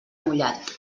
mullat